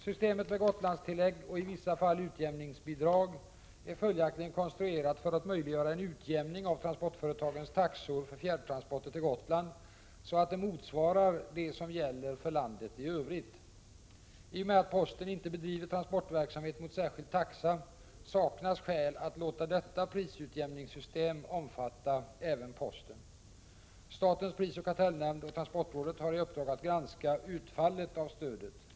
Systemet med Gotlandstillägg och i vissa fall utjämningsbidrag är följaktligen konstruerat för att möjliggöra en utjämning av transportföretagens taxor för fjärrtransporter till Gotland så att de motsvarar de som gäller för landet i övrigt. I och med att posten inte bedriver transportverksamhet mot särskild taxa saknas skäl att låta detta prisutjämningssystem omfatta även posten. Statens prisoch kartellnämnd och transportrådet har i uppdrag att granska utfallet av stödet.